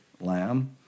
lamb